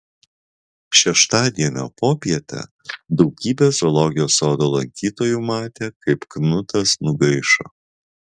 šeštadienio popietę daugybė zoologijos sodo lankytojų matė kaip knutas nugaišo